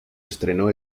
estreno